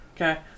Okay